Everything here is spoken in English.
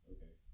Okay